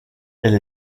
elle